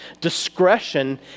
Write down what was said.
Discretion